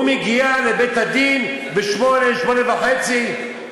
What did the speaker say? הוא מגיע לבית-הדין ב-08:30-08:00,